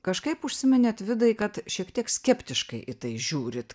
kažkaip užsiminėt vidai kad šiek tiek skeptiškai į tai žiūrit